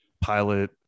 pilot